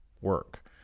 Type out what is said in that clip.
work